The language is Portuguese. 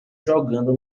jogando